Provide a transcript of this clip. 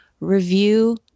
review